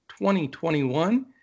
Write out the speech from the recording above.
2021